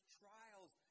trials